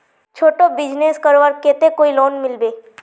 छोटो बिजनेस करवार केते कोई लोन मिलबे?